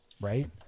right